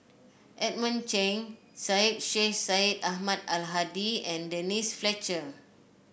Edmund Cheng Syed Sheikh Syed Ahmad Al Hadi and Denise Fletcher